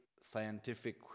scientific